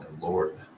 lord